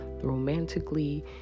romantically